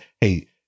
hey